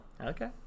Okay